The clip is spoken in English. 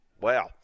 Wow